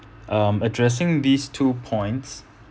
um addressing these two points